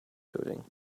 coding